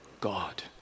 God